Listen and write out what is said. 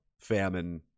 famine